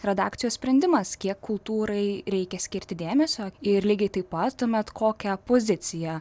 redakcijos sprendimas kiek kultūrai reikia skirti dėmesio ir lygiai taip pat tuomet kokią poziciją